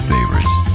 Favorites